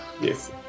Yes